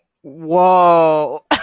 Whoa